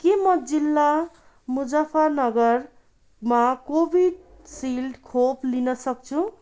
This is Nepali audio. के म जिल्ला मुजफ्फरनगरमा कोभिसिल्ड खोप लिनसक्छु